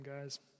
guys